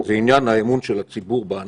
הוא אמון הציבור בהנהגה,